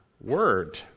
word